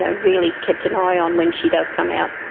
ah really kept an eye on when she does come out.